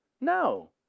No